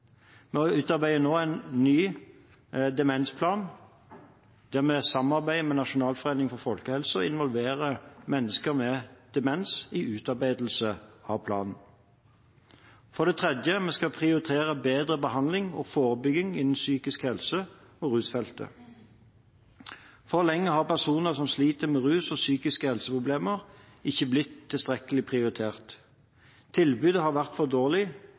Vi utarbeider nå en ny demensplan der vi samarbeider med Nasjonalforeningen for folkehelsen og involverer mennesker med demens i utarbeidelsen av planen. For det tredje: Vi skal prioritere bedre behandling og forebygging innen psykisk helse og på rusfeltet. For lenge har personer som sliter med rus og psykiske helseproblemer, ikke blitt tilstrekkelig prioritert. Tilbudet har vært for dårlig,